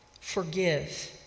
Forgive